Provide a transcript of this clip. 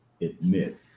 admit